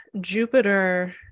Jupiter